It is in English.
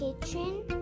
kitchen